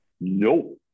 No